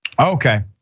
Okay